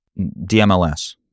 DMLS